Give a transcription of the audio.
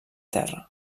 terra